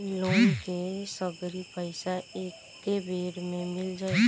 Loan के सगरी पइसा एके बेर में मिल जाई?